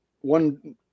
One